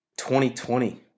2020